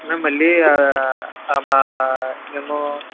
మేము మళ్ళీ మా మేము